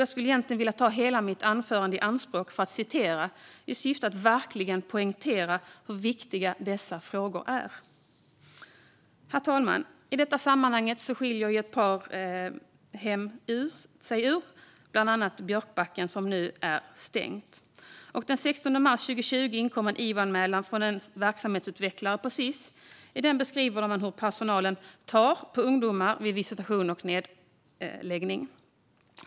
Jag skulle egentligen vilja ta hela mitt anförande i anspråk för att citera dem i syfte att verkligen poängtera hur viktiga dessa frågor är. Herr talman! I detta sammanhang skiljer ett par hem ut sig, bland annat Björkbacken, som nu är stängt. Den 16 mars 2020 inkom en IVO-anmälan från en verksamhetsutvecklare på Sis. I den beskrivs hur personal tar på ungdomar vid visitation och nedläggning.